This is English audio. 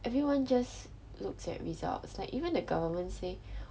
everyone just looks at results like even the government say